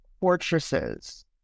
fortresses